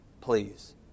please